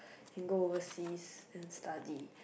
can go overseas study